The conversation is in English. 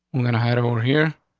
we're gonna head over here.